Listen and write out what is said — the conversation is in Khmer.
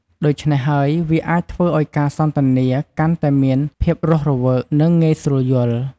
ដូច្នេះហើយវាអាចធ្វើឱ្យការសន្ទនាកាន់តែមានភាពរស់រវើក និងងាយស្រួលយល់។